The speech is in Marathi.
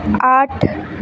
आठ